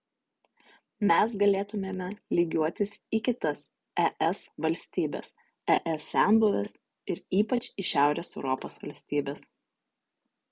mes galėtumėme lygiuotis į kitas es valstybes es senbuves ir ypač į šiaurės europos valstybes